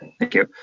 thank you.